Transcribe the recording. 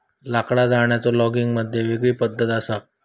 लाकडा जाळण्याचो लोगिग मध्ये वेगळी पद्धत असा